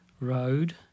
Road